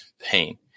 pain